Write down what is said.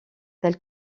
tel